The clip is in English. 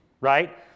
right